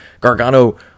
Gargano